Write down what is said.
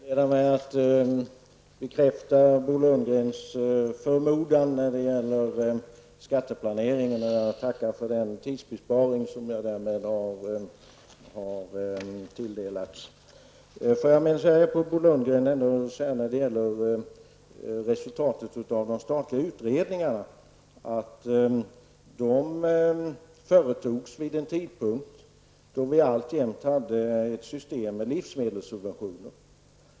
Herr talman! Får jag inleda med att bekräfta Bo Lundgrens förmodan när det gäller skatteplanering. Jag tackar för den tidsvinst som jag därmed gjort. Låt mig ändå till Bo Lundgren få säga beträffande resultatet av de statliga utredningarna, att de företogs vid en tidpunkt då Sverige alltjämt hade ett system med livsmedelssubventioner.